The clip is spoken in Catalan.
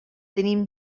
tenim